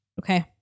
Okay